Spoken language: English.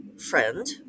friend